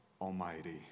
Almighty